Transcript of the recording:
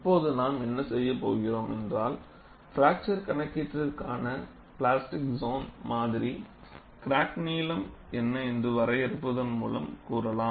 இப்பொழுது நாம் என்ன செய்யப் போகிறேன் என்றால் பிராக்சர் கணக்கீட்டிற்கான பிளாஸ்டிக் சோன் மாதிரி கிராக்நீளம் என்ன என்று வரையறுப்பதன் மூலம் கூறலாம்